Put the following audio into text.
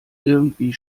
irgendwie